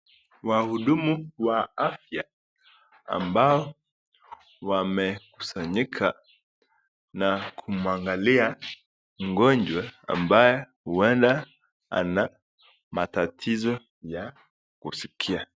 Wahudumu wa afya, ambao wamekusanyika, na kumwangalia mgonjwa, ambaye uenda ana matatizo ya kusikia.